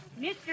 Mr